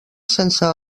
sense